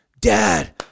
Dad